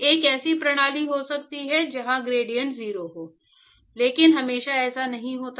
एक ऐसी प्रणाली हो सकती है जहां ग्रेडिएंट 0 हो लेकिन हमेशा ऐसा नहीं होता है